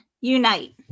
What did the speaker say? unite